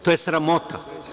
To je sramota.